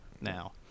now